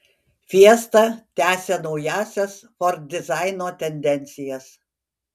fiesta tęsia naująsias ford dizaino tendencijas